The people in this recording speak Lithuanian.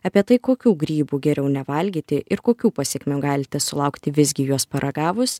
apie tai kokių grybų geriau nevalgyti ir kokių pasekmių galite sulaukti visgi juos paragavus